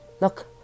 Look